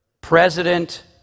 President